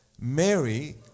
Mary